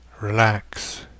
relax